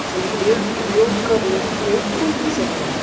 त्याच्यामुळे एक योग करणं ही एक चांगली सवय आहे